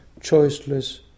choiceless